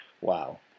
Wow